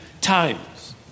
times